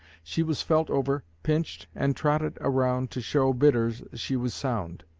she was felt over, pinched, and trotted around to show bidders she was sound.